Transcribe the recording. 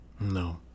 No